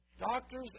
Doctors